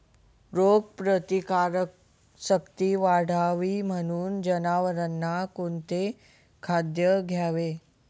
रोगप्रतिकारक शक्ती वाढावी म्हणून जनावरांना कोणते खाद्य द्यावे?